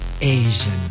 Asian